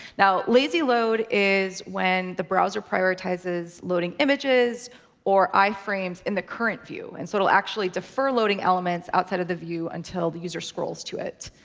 now, lazy load is when the browser prioritizes loading images or iframes in the current view. and so it'll actually defer loading elements outside of the view until the user scrolls to it.